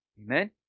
Amen